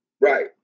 Right